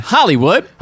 Hollywood